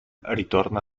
ritorna